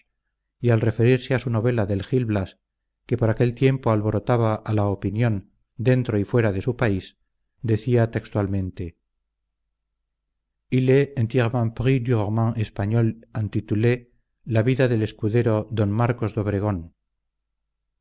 y al referirse a su novela del gil blas que por aquel tiempo alborotaba a la opinión dentro y fuera de su país decía textualmente il est entiérement pris du roman espagnol intitulé la vidad del escudiero dom marcos d obrego